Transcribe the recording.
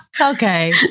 Okay